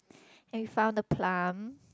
and we found the plum